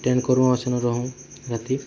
tent କରୁଁ ଆର୍ ସେନୁ ରହୁଁ ରାତି